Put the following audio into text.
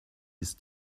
ist